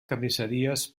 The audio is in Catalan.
carnisseries